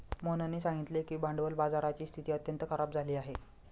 मोहननी सांगितले की भांडवल बाजाराची स्थिती अत्यंत खराब झाली आहे